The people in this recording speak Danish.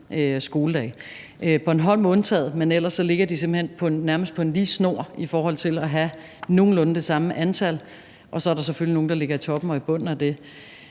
skoledage. Bornholm er undtaget, men ellers ligger de simpelt hen nærmest på en lige snor i forhold til at have nogenlunde det samme antal dage, og så er der selvfølgelig nogle, der ligger i toppen eller i bunden af det.